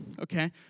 okay